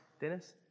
Dennis